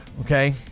Okay